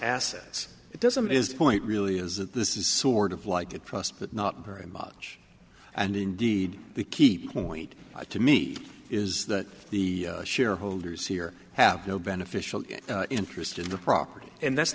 assets it doesn't is the point really is that this is sort of like a trust but not very much and indeed the keep point to me is that the shareholders here have no beneficial interest in the property and that's